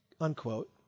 unquote